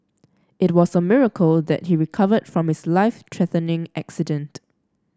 it was a miracle that he recovered from his life threatening accident